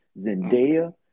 Zendaya